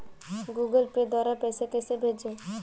Google Pay द्वारा पैसे कैसे भेजें?